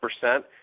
percent